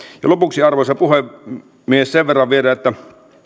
lopuksi arvoisa puhemies sen verran vielä että